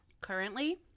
Currently